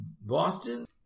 Boston